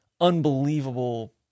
unbelievable